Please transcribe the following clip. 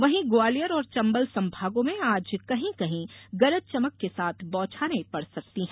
वहीं ग्वालियर और चंबल संभागों में आज कहीं कहीं गरज चमक के साथ बौछारें पड सकती हैं